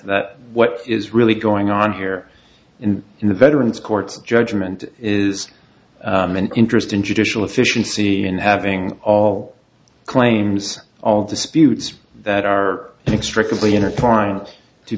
that what is really going on here in the veterans court judgement is an interest in judicial efficiency in having all claims all disputes that are inextricably intertwined to